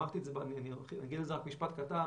אמרתי ואגיד על זה רק משפט קטן: